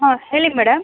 ಹಾಂ ಹೇಳಿ ಮೇಡಮ್